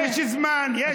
יש זמן, אוקיי.